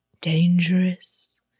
dangerous